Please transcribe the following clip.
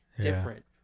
different